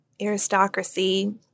aristocracy